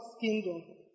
kingdom